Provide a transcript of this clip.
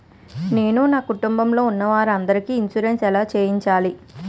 నేను నా కుటుంబం లొ ఉన్న వారి అందరికి ఇన్సురెన్స్ ఎలా చేయించాలి?